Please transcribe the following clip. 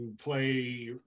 play